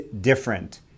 different